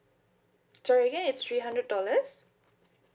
sorry again it's three hundred dollars